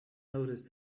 noticed